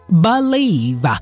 believe